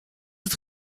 het